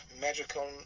magical